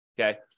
okay